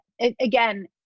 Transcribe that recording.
again